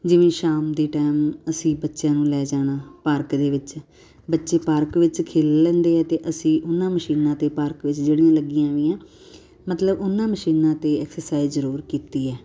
ਜਿਵੇਂ ਸ਼ਾਮ ਦੇ ਟੈਮ ਅਸੀਂ ਬੱਚਿਆਂ ਨੂੰ ਲੈ ਜਾਣਾ ਪਾਰਕ ਦੇ ਵਿੱਚ ਬੱਚੇ ਪਾਰਕ ਵਿੱਚ ਖੇਡ ਲੈਂਦੇ ਹੈ ਅਤੇ ਅਸੀਂ ਉਹਨਾਂ ਮਸ਼ੀਨਾਂ 'ਤੇ ਪਾਰਕ ਵਿੱਚ ਜਿਹੜੀਆਂ ਲੱਗੀਆਂ ਵੀਆਂ ਮਤਲਬ ਉਹਨਾਂ ਮਸ਼ੀਨਾਂ 'ਤੇ ਐਕਸਰਸਾਈਜ਼ ਜ਼ਰੂਰ ਕੀਤੀ ਹੈ